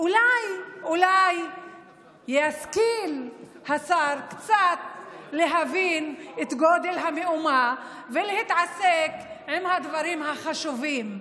אולי ישכיל השר קצת להבין את גודל המהומה ולהתעסק עם הדברים החשובים.